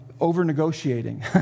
over-negotiating